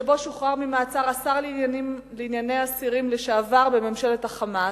שבו שוחרר ממעצר השר לענייני אסירים לשעבר בממשלת ה"חמאס",